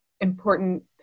important